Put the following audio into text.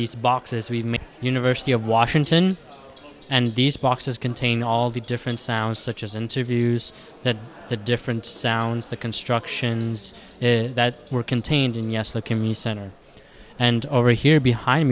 these boxes we make universe city of washington and these boxes contain all the different sounds such as interviews that the different sounds the constructions that were contained in yes the community center and over here behind